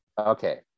Okay